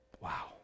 Wow